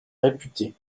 réputés